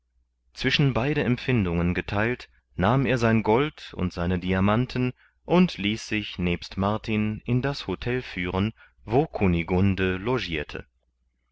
zwischen beide empfindungen getheilt nahm er sein gold und seine diamanten und ließ sich nebst martin in das hotel führen wo kunigunde logirte